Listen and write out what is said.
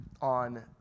on